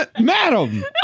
madam